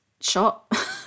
shot